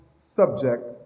subject